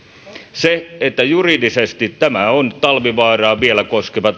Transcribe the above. juridisesti tämä korvausmenettely on vielä talvivaaraa koskeva